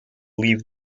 leave